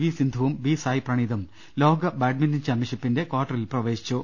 V സിന്ധുവും B Sai പ്രണീതും ലോക ബാഡ്മിന്റൺ ചാമ്പ്യൻഷിപ്പിന്റെ കാർട്ടറിൽ പ്രവേശിച്ചു